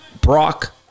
Brock